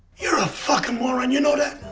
you're a fucking moron, you know that?